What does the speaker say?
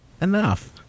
Enough